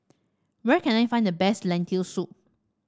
where can I find the best Lentil Soup